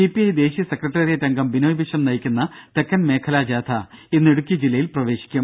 CPI ദേശീയ സെക്രട്ടറിയേറ്റംഗം ബിനോയ് വിശ്വം നയിക്കുന്ന തെക്കൻ മേഖലാ ജാഥ ഇന്ന് ഇടുക്കി ജില്ലയിൽ പ്രവേശിക്കും